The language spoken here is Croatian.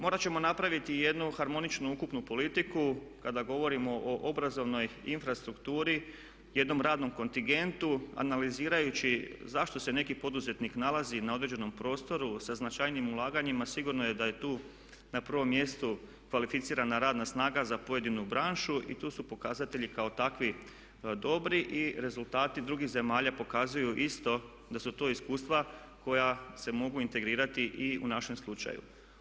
Morati ćemo napraviti i jednu harmoničnu ukupnu politiku kada govorimo o obrazovnoj infrastrukturi, jednom radnom kontingentu, analiziraju zašto se neki poduzetnik nalazi na određenom prostoru sa značajnijim ulaganjima, sigurno je da je tu na prvom mjestu kvalificirana radna snaga za pojedinu branšu i tu su pokazatelji kao takvi dobri i rezultati drugih zemalja pokazuju isto da su to iskustva koja se mogu integrirati i u našem slučaju.